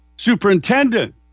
Superintendent